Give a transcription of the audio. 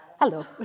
hello